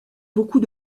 beaucoup